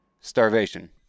Starvation